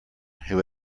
who